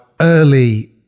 early